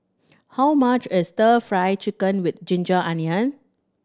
how much is Stir Fry Chicken with ginger onion